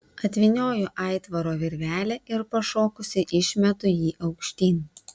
atvynioju aitvaro virvelę ir pašokusi išmetu jį aukštyn